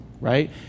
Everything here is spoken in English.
right